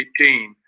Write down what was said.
2018